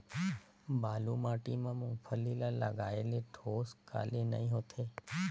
बालू माटी मा मुंगफली ला लगाले ठोस काले नइ होथे?